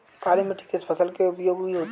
काली मिट्टी किस फसल के लिए उपयोगी होती है?